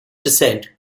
descent